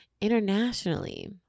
internationally